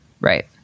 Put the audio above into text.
Right